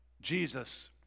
Jesus